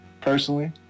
personally